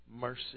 mercy